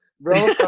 Bro